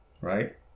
right